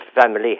family